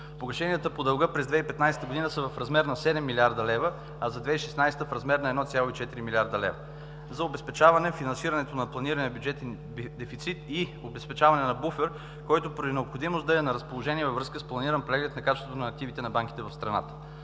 погашенията по дълга през 2015 г. са в размер на 7 млрд. лв., а за 2016 г. – в размер на 1,4 млрд. лв. за обезпечаване финансирането на планирания бюджетен дефицит и обезпечаване на буфер, който при необходимост да е на разположение във връзка с планиран преглед на качеството на активите на банките в страната.